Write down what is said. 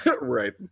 right